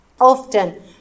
Often